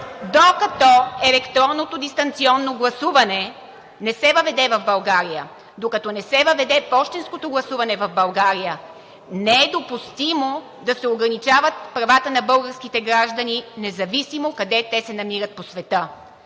въведе електронното дистанционно гласуване в България, докато не се въведе пощенското гласуване в България, не е допустимо да се ограничават правата на българските граждани независимо къде те се намират по света.